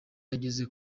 ageze